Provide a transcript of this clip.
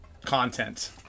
content